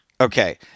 Okay